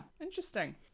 interesting